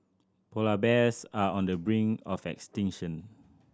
polar bears are on the brink of extinction